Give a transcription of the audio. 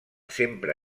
sempre